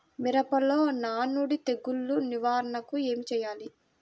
మిరపలో నానుడి తెగులు నివారణకు ఏమి చేయాలి?